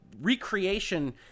Recreation